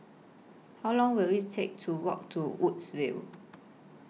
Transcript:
How Long Will IT Take to Walk to Woodsville